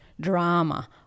drama